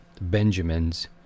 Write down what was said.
Benjamins